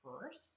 first